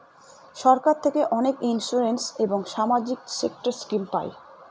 সরকার থেকে অনেক ইন্সুরেন্স এবং সামাজিক সেক্টর স্কিম পায়